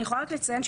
אני יכולה רק לציין,